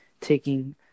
taking